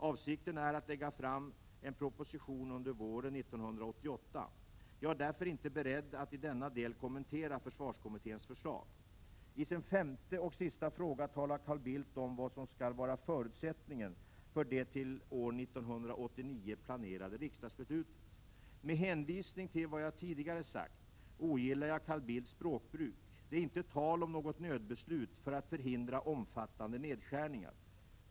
Avsikten är att lägga fram en proposition under våren 1988. Jag är därför inte beredd att i denna del kommentera försvarskommitténs förslag. I sin femte och sista fråga talar Carl Bildt om vad som skall vara förutsättningen för det till år 1989 planerade riksdagsbeslutet. Med hänvisning till vad jag tidigare har sagt ogillar jag Carl Bildts språkbruk. Det är inte tal om något nödbeslut för att förhindra omfattande nedskärningar.